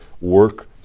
work